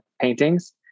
paintings